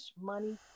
Money